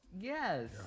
Yes